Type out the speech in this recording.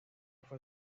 fue